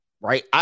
Right